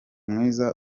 mwiza